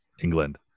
England